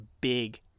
big